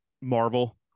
Marvel